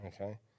Okay